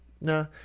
nah